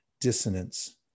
dissonance